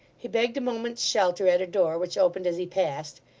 he begged a moment's shelter at a door which opened as he passed,